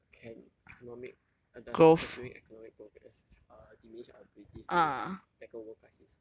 can economic uh does pursuing economic progress uh diminish our abilities to tackle world crisis